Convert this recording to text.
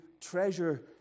treasure